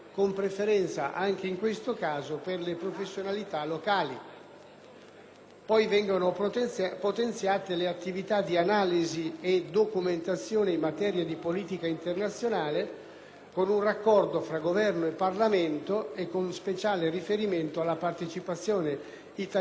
Vengono poi potenziate le attività di analisi e documentazione in materia di politica internazionale, con un raccordo tra Governo e Parlamento, e con speciale riferimento alla partecipazione italiana, per gli aspetti civili e militari, alle missioni internazionali.